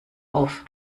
auf